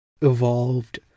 evolved